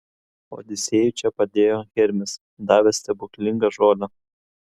odisėjui čia padėjo hermis davęs stebuklingą žolę